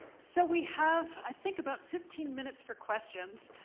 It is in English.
so we have, i think, about fifteen minutes for questions.